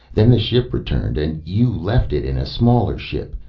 then the ship returned and you left it in a smaller ship.